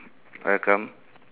welcome